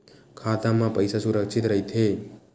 खाता मा पईसा सुरक्षित राइथे?